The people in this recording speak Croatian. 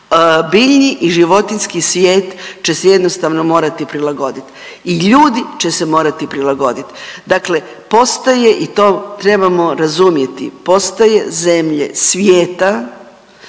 Biljni i životinjski svijet će se jednostavno morati prilagoditi i ljudi će se morati prilagoditi. Dakle postaje i to trebamo razumjeti, postaje zemlje svijeta